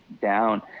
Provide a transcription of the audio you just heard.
down